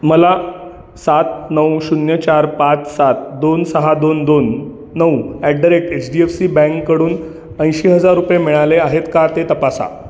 मला सात नऊ शून्य चार पाच सात दोन सहा दोन दोन नऊ at the rate H D F C बँककडून ऐंशी हजार रुपये मिळाले आहेत का ते तपासा